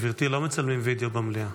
גברתי, לא מצלמים וידיאו במליאה.